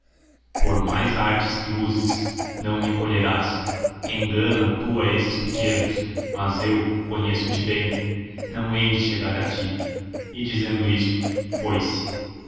por mais artes que uzes ão me colherás engana m a esses pequenos mas eu conheço-te bem não hei de chegar a ti h dizendo ito foi-se